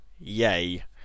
yay